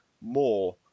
more